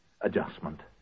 Adjustment